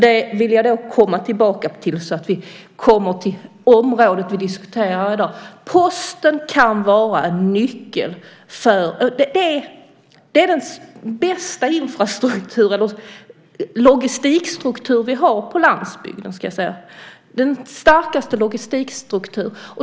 Det vill jag återkomma till för att komma till det område vi i dag diskuterar. Posten är den bästa, den starkaste, logistikstruktur som vi har på landsbygden.